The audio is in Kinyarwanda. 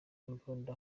imbunda